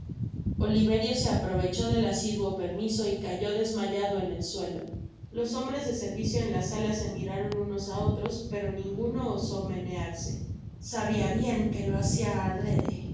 oliverio se aprovechó del asiduo permiso y cayó desmayado en el suelo los hombres de servicio en la sala se miraron unos á otros pero ninguno osó menearse sabia bien que lo hacia adrede